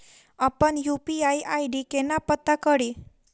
अप्पन UPI ID केना पत्ता कड़ी?